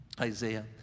Isaiah